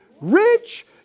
rich